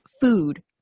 food